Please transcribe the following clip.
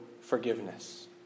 forgiveness